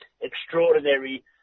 extraordinary